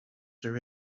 there